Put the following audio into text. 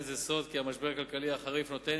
זה לא סוד שהמשבר הכלכלי החריף נותן